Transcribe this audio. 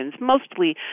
mostly